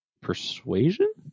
persuasion